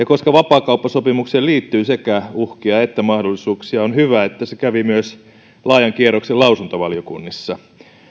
koska vapaakauppasopimukseen liittyy sekä uhkia että mahdollisuuksia on hyvä että se kävi laajan kierroksen myös lausuntovaliokunnissa